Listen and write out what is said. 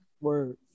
Word